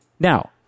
Now